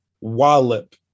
wallop